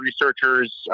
researchers